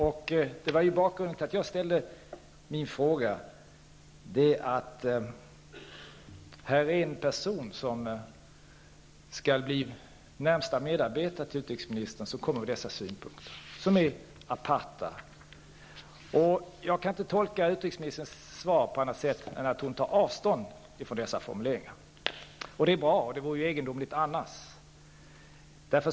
Det var mot den bakgrunden jag ställde min fråga, att det är en person som skall bli närmaste medarbetare till utrikesministern som kommer med dessa aparta synpunkter. Jag kan inte tolka utrikesministerns svar på annat sätt än att hon tar avstånd från dessa formuleringar. Det är bra. Det vore egendomligt annars.